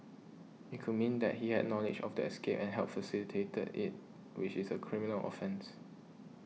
it could mean that he had knowledge of the escape and helped facilitate it which is a criminal offence